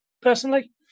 personally